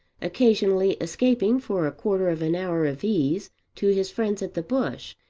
occasionally escaping for a quarter of an hour of ease to his friends at the bush,